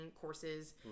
courses